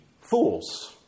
Fools